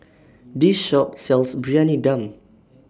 This Shop sells Briyani Dum